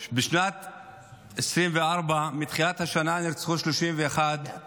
8%. מתחילת השנה, שנת 2024, נרצחו 31 אנשים,